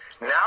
Now